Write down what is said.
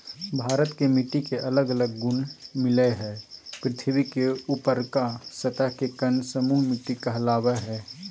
भारत के मिट्टी के अलग अलग गुण मिलअ हई, पृथ्वी के ऊपरलका सतह के कण समूह मिट्टी कहलावअ हई